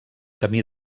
camí